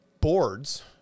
boards